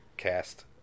cast